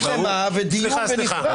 תמונה שלמה ודיון בנפרד.